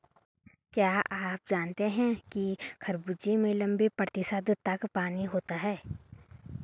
क्या आप जानते हैं कि खरबूजे में नब्बे प्रतिशत तक पानी होता है